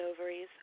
ovaries